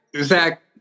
Zach